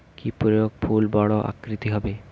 কি প্রয়োগে ফুল বড় আকৃতি হবে?